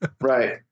Right